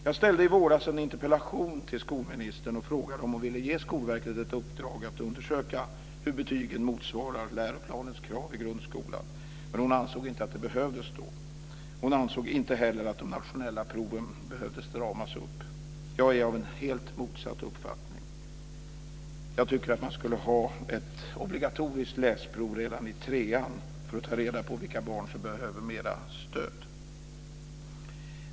Jag ställde i våras en interpellation till skolministern och frågade om hon ville ge Skolverket ett uppdrag att undersöka hur betygen motsvarar läroplanens krav i grundskolan, men hon ansåg inte att det behövdes. Hon ansåg inte heller att de nationella proven behövde stramas upp. Jag är av helt motsatt uppfattning. Jag tycker att man skulle ha ett obligatoriskt läsprov redan i trean för att ta reda på vilka barn som behöver mera stöd.